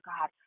god